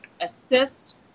assist